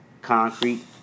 concrete